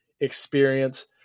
experience